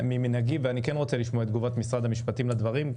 אני רוצה לשמוע את תגובת משרד המשפטים לדברים,